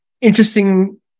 interesting